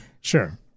Sure